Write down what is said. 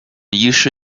医师